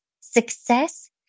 success